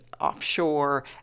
offshore